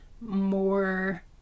more